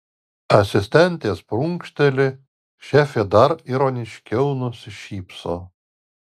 asistentės prunkšteli šefė dar ironiškiau nusišypso